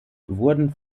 wurden